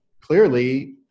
clearly